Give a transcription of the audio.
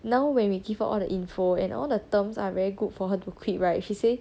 now when we give out all the info and all the terms are very good for her to quit right she say